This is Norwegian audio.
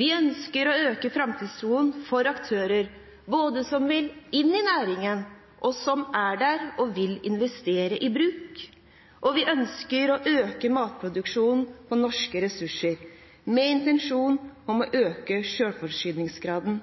Vi ønsker å øke framtidstroen både for aktører som vil inn i næringen, og for dem som er der og vil investere i bruk. Vi ønsker å øke matproduksjonen basert på norske ressurser, med intensjon om å øke